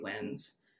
wins